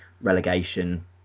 relegation